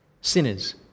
Sinners